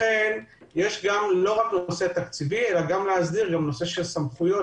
לכן לא רק נושא תקציבי אלא יש צורך להסדיר את נושא הסמכויות